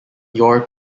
your